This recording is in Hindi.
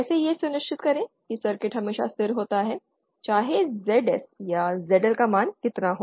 कैसे यह सुनिश्चित करें के सर्किट हमेशा स्थिर होता है चाहे ZS या ZL का मान कितना हो